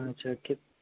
ଆଚ୍ଛା